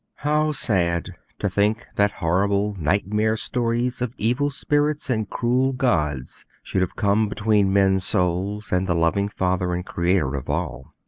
how sad to think that horrible nightmare stories of evil spirits and cruel gods should have come between men's souls and the loving father and creator of all!